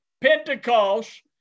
Pentecost